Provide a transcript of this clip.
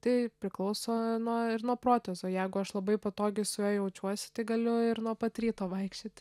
tai priklauso nuo ir nuo protezo jeigu aš labai patogiai su juo jaučiuosi tai galiu ir nuo pat ryto vaikščioti